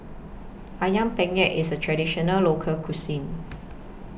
Ayam Penyet IS A Traditional Local Cuisine